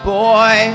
boy